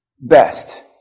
best